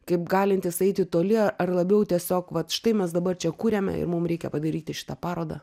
kaip galintys eiti toli ar labiau tiesiog vat štai mes dabar čia kuriame ir mum reikia padaryti šitą parodą